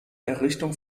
errichtung